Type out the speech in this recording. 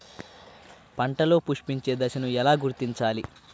పంటలలో పుష్పించే దశను ఎలా గుర్తించాలి?